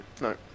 No